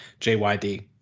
JYD